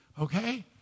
okay